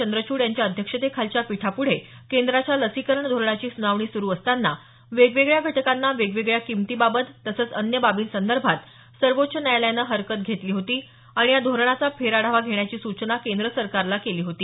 चंद्रचूड यांच्या अध्यक्षतेखालच्या पीठापुढे केंद्राच्या लसीकरण धोरणाची सुनावणी सुरु असताना वेगवेगळ्या घटकांना वेगवेगळ्या किमती बाबत तसंच अन्य बाबींसंदर्भात सर्वोच्च न्यायालयानं हरकत घेतली होती आणि या धोरणाचा फेरआढावा घेण्याची सूचना केंद्र सरकारला केली होती